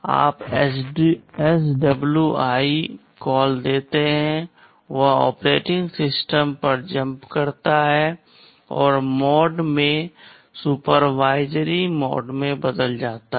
आप SWI call देते हैं यह OS पर जम्प करता है और मोड भी सुपरवाइजरी मोड में बदल जाता है